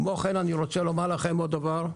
כמו כן, אני רוצה לומר לכם עוד דבר,